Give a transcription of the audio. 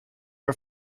our